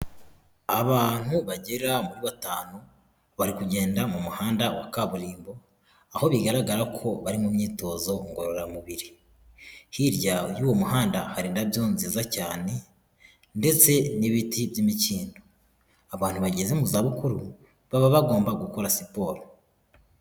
Abantu bagera muri batanu bari kugenda mu muhanda wa kaburimbo, aho bigaragara ko bari mu myitozo ngororamubiri. Hirya y'uwo muhanda hari indabyo nziza cyane, ndetse n'ibiti by'imikindo. Abantu bageze mu za bukuru, baba bagomba gukora siporo.